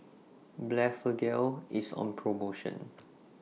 Blephagel IS on promotion